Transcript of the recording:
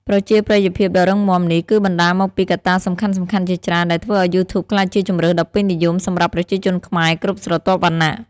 ប្រជាប្រិយភាពដ៏រឹងមាំនេះ គឺបណ្ដាលមកពីកត្តាសំខាន់ៗជាច្រើនដែលធ្វើឱ្យយូធូបក្លាយជាជម្រើសដ៏ពេញនិយមសម្រាប់ប្រជាជនខ្មែរគ្រប់ស្រទាប់វណ្ណៈ។